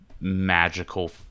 magical